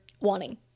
wanting